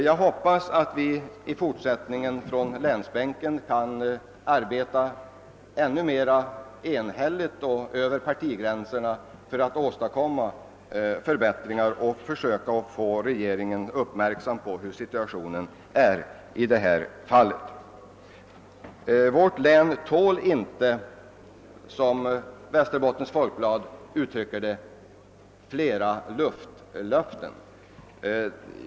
Jag hoppas att vi från länsbänken i fortsättningen kan arbeta ännu mera enhälligt över partigränserna för att åstadkomma förbättringar och försöka att få regeringen uppmärksam på den verkliga situationen. Vårt län tål inte, som Västerbottens Folkblad uttrycker det, flera luftlöften.